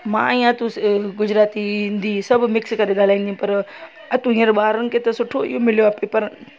मां ईअं तु गुजराती हिंदी सभु मिक्स करे ॻाल्हाईंदी हुयमि पर अतु हींअर ॿारनि खे सुठो इहो मिलियो आहे पेपर